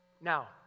Now